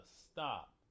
stop